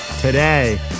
Today